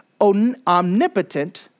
omnipotent